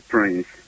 Prince